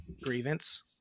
grievance